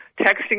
texting